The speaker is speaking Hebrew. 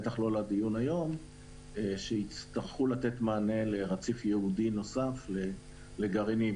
אבל יצטרכו לתת מענה לרציף ייעודי נוסף לגרעינים,